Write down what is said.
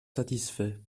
satisfaits